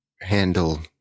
handle